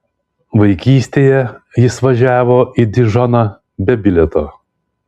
vaikystėje jis važiavo į dižoną be bilieto